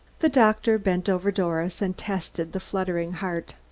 the doctor bent over doris, and tested the fluttering heart.